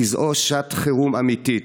כי זו שעת חירום אמיתית.